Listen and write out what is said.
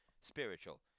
spiritual